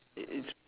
it it's